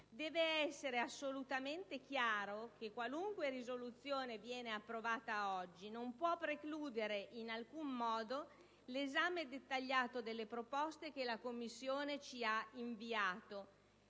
deve essere assolutamente chiaro che qualunque risoluzione venga approvata oggi non può precludere, in alcun modo, l'esame dettagliato delle proposte che la Commissione ci ha inviato,